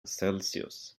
celsius